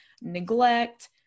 neglect